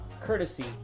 courtesy